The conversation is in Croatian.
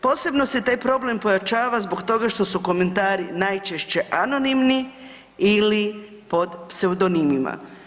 Posebno se taj problem pojačava zbog toga što su komentari najčešće anonimni ili pod pseudonimima.